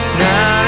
now